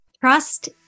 Trust